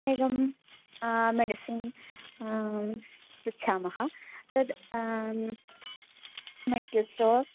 एकं मेडिसिन् पृच्छामः तद् मेडिकल् स्टोर्